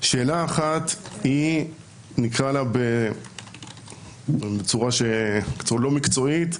שאלה אחת, נקרא לה בצורה לא מקצועית,